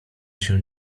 się